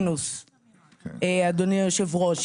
אדוני היו"ר,